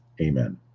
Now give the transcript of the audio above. Amen